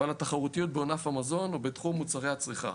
ועל התחרותיות בענף המזון ובתחום מוצרי הצריכה.